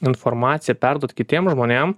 informaciją perduoti kitiem žmonėm